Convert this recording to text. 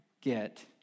get